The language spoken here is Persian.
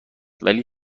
ولی